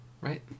Right